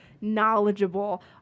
knowledgeable